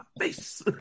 face